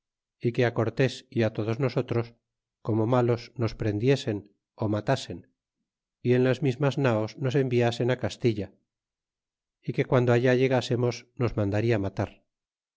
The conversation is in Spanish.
y que á cortés y todos nosotros como malos nos prendiesen matasen y en las mismas naos nos enviasen á castilla y que guando allá llegásemos nos mandarla matar